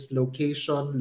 location